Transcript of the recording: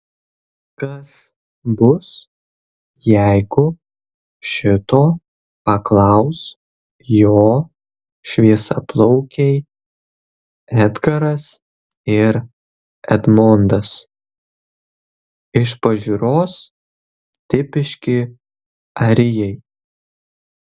kas bus jeigu šito paklaus jo šviesiaplaukiai edgaras ir edmondas iš pažiūros tipiški arijai